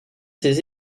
ses